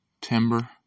timber